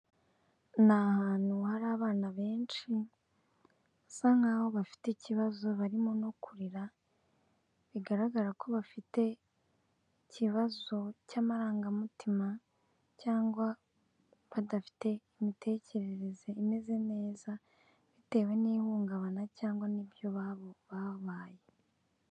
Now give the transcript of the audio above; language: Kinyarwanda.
Ni ahantu hari abana benshi basa nkaho bafite ikibazo barimo no kurira, bigaragara ko bafite ikibazo cy'amarangamutima cyangwa badafite imitekerereze imeze neza, bitewe n'ihungabana cyangwa n'ibyo babonye babayemo.